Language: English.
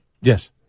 Yes